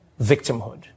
victimhood